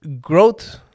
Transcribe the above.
growth